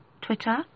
Twitter